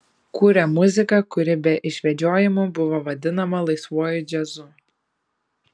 kūrė muziką kuri be išvedžiojimų buvo vadinama laisvuoju džiazu